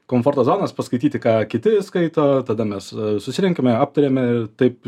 komforto zonos paskaityti ką kiti skaito tada mes susirenkame aptariame taip